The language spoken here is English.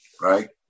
right